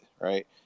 right